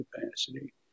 capacity